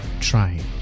trying